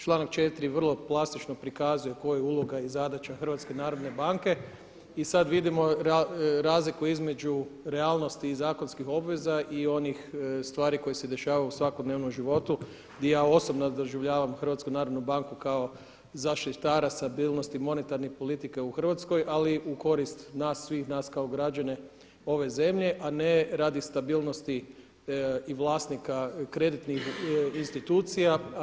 Članak 4. vrlo plastično prikazuje koja je uloga i zadaća HNB-a i sada vidimo razliku između realnosti i zakonskih obveza i onih stvari koje se dešavaju u svakodnevnom životu gdje ja osobno doživljavam HNB kao zaštitara stabilnosti monetarnih politika u Hrvatskoj, ali u korist nas svih, nas kao građane ove zemlje, a ne radi stabilnosti i vlasnika kreditnih institucija.